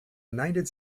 united